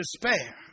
despair